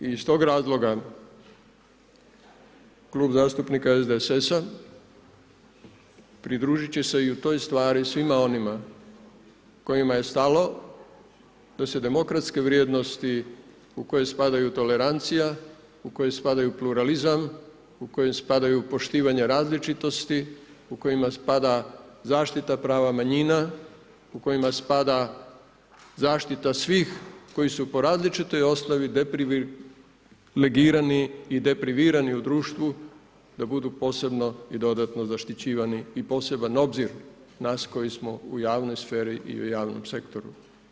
Iz tog razloga Klub zastupnika SDSS-a pridružiti će se i u toj stvari svima onima kojima je stalo, da se demokratske vrijednosti, u koju spadaju tolerancija, u koju spadaju pluralizam, u kojoj spadaju poštivanja različitosti, u kojima spada zaštita prava manjina, u kojima spada zaštita svih koji su po različitoj osnovni deprivirani i deprivirani u društvu da budu posebno i dodatno zaštićivani i poseban obzir nas koji smo u javnoj sferi i u javnom sektoru.